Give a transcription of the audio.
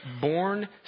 born